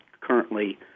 currently